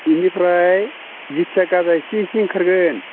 बेनिफ्राय जेथिया गाजा इसि इसि ओंखारगोन